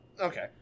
Okay